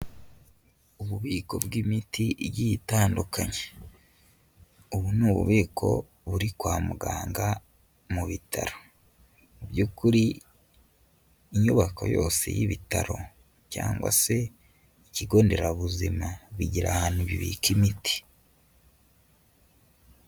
Ububiko bw'imiti igiye itandukanye, ubu ni ububiko buri kwa muganga mu bitaro, mu by'ukuri inyubako yose y'ibitaro cyangwa se ikigo nderabuzima bigira ahantu bibika imiti.